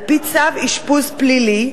על-פי צו אשפוז פלילי,